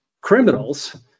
criminals